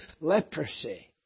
Leprosy